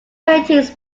paintings